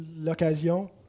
l'occasion